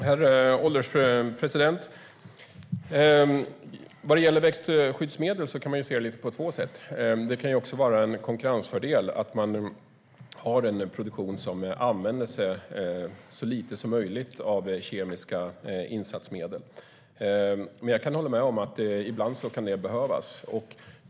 Herr ålderspresident! Vad gäller växtskyddsmedel kan man se det på två sätt. Det kan också vara en konkurrensfördel att man har en produktion som använder så lite som möjligt av kemiska insatsmedel. Men jag kan hålla med om att de ibland kan behövas.